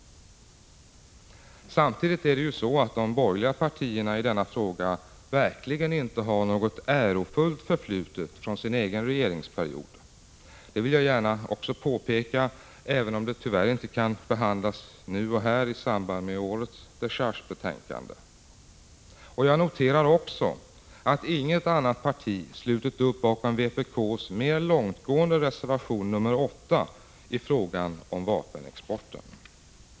Samtidigt har de borgerliga partierna när det gäller denna fråga verkligen inte något ärofullt förflutet från sin egen regeringsperiod. Det vill jag också gärna påpeka, även om det tyvärr inte kan behandlas här och nu, i samband med årets dechargebetänkande. Jag noterar också att inget annat parti har slutit upp bakom vpk:s mera långtgående reservation 8 i fråga om vapenexporten.